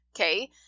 Okay